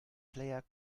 player